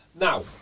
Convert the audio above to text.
Now